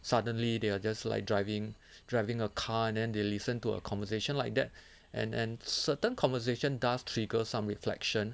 suddenly they are just like driving driving a car then they listen to a conversation like that and and certain conversation does trigger some reflection